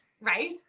right